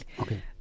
Okay